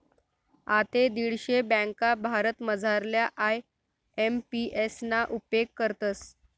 आते दीडशे ब्यांका भारतमझारल्या आय.एम.पी.एस ना उपेग करतस